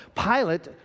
Pilate